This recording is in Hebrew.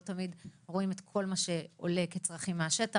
תמיד רואים את כל מה שעולה כצרכים מהשטח.